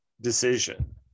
decision